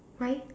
why